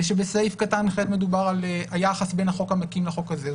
ושבסעיף קטן (ח) מדובר על היחס בין החוק המקים לחוק הזה.